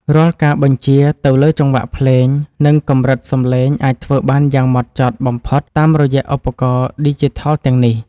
រាល់ការបញ្ជាទៅលើចង្វាក់ភ្លេង និង កម្រិតសំឡេងអាចធ្វើបានយ៉ាងហ្មត់ចត់បំផុតតាមរយៈឧបករណ៍ឌីជីថលទាំងនេះ។